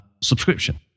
subscription